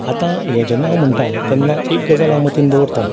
आतां हें जेन्ना हांव म्हणटा तेन्ना एक गजाल हांव मतीन दवरतां